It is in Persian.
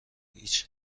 هیچ